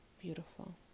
Beautiful